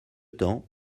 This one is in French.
temps